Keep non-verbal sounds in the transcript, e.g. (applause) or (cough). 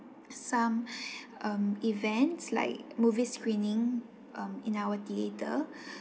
some (breath) um events like movie screening um in our theatre (breath)